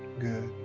good.